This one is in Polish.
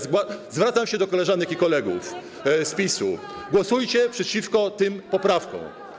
Zwracam się do koleżanek i kolegów z PiS-u: głosujcie przeciwko tym poprawkom.